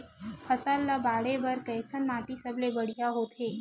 फसल ला बाढ़े बर कैसन माटी सबले बढ़िया होथे?